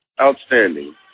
outstanding